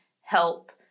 help